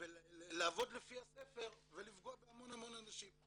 ולעבוד לפי הספר ולפגוע בהמון המון אנשים.